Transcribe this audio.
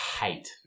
hate